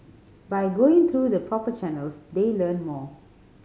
by going through the proper channels they learn more